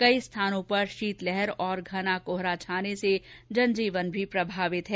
कई स्थानों पर शीतलहर और घना कोहरा छाने से जन जीवन भी प्रभावित है